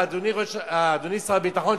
אדוני שר הביטחון,